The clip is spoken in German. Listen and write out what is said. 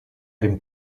dem